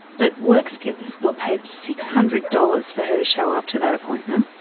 but workskills were paid six hundred dollars for her to show up to that appointment.